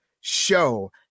show